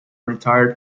retired